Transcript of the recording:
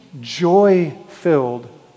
joy-filled